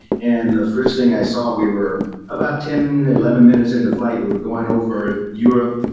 and the first thing i saw, we were about ten, eleven minutes into flight. we were going over europe.